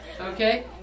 Okay